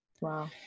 Wow